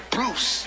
Bruce